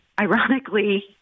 Ironically